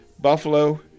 Buffalo